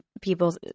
people